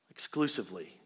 Exclusively